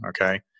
okay